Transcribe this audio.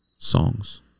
Songs